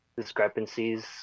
discrepancies